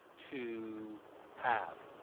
to have.